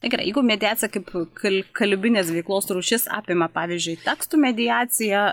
tai gerai jeigu mediacija kaip kal kalbinės veiklos rūšis apima pavyzdžiui tekstų mediaciją